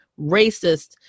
racist